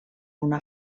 una